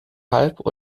halb